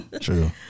True